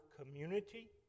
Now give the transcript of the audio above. community